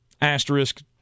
Asterisk